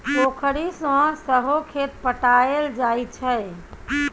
पोखरि सँ सहो खेत पटाएल जाइ छै